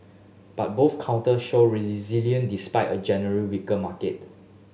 but both counters showed despite a general weaker market